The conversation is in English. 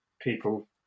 people